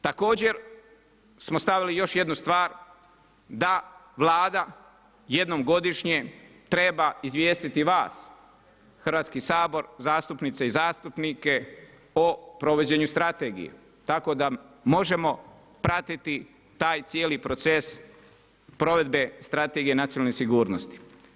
Također smo stavili još jednu stvar da Vlada jednom godišnje treba izvijestiti vas Hrvatski sabor, zastupnice i zastupnike o provođenju strategije, tako da možemo pratiti taj cijeli proces provedbe Strategije nacionalne sigurnosti.